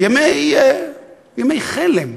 ימי חלם.